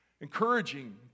Encouraging